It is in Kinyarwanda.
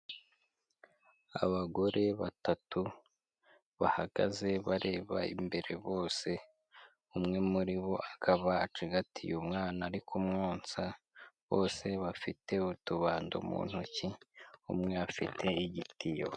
Abagore batatu bahagaze bareba imbere bose, umwe muri bo akaba acigatiye umwana ari kumwonsa, bose bafite utubando mu ntoki, umwe afite igitiyo.